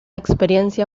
experiencia